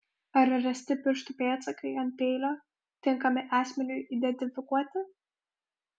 ar rasti pirštų pėdsakai ant peilio tinkami asmeniui identifikuoti